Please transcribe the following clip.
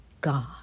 God